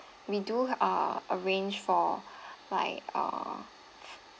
we do uh arranged for like uh